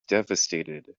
devastated